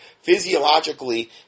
Physiologically